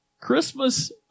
Christmas